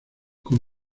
con